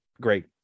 Great